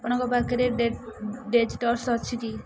ଆପଣଙ୍କ ପାଖରେ ଅଛି କି